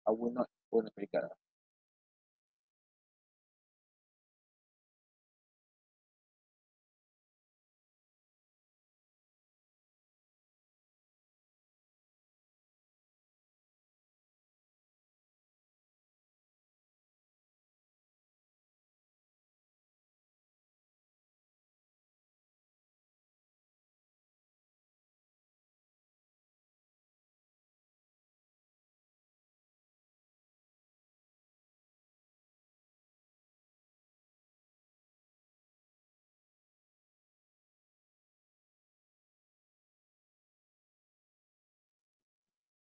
I would not own a credit card ah